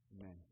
Amen